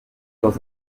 dans